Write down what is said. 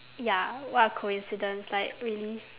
ya what a coincidence like really